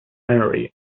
henry